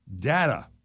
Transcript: data